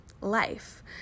life